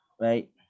right